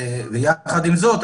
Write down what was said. יחד עם זאת,